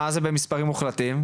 מה זה במספרים מוחלטים?